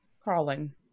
crawling